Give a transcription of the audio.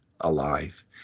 alive